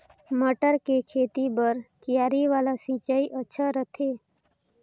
मटर के खेती बर क्यारी वाला सिंचाई अच्छा रथे?